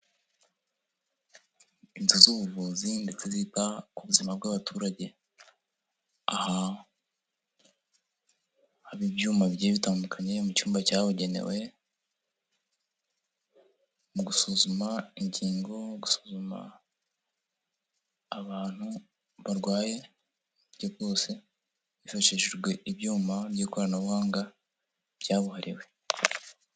Inzu z'ubuvuzi ndetse zita ku buzima bw'abaturage, aha haba ibyuma bitandukanye mu cyumba cyabugenewe, mu gusuzuma ingingo, gusuzuma abantu barwaye, uburyo bwose, hifashishijwe ibyuma by'ikoranabuhanga byabuhariwe.